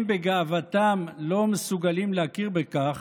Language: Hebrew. הם בגאוותם לא מסוגלים להכיר בכך